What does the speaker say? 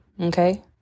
Okay